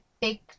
big